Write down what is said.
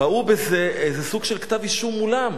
ראו בזה איזה סוג של כתב-אישום מולם.